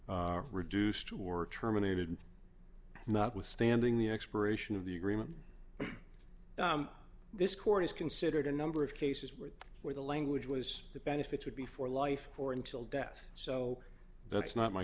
reduced to or terminated notwithstanding the expiration of the agreement this court has considered a number of cases where where the language was the benefits would be for life or until death so that's not my